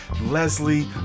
Leslie